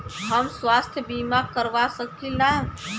हम स्वास्थ्य बीमा करवा सकी ला?